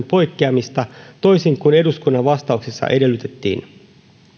poikkeamista toisin kuin eduskunnan vastauksessa edellytettiin